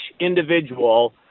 individual